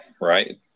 right